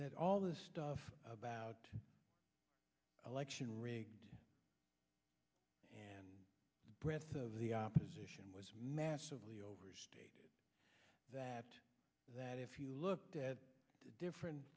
that all this stuff about election rigged and breadth of the opposition was massively over that that if you looked at it different